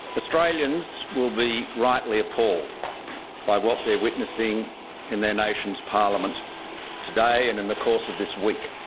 australians will be rightly appalled by what they're witnessing in their nation's parliament today and in the course of this week.